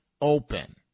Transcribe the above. open